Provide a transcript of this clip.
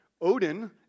Odin